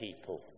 people